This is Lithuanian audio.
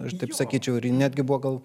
aš taip sakyčiau ir netgi ji buvo gal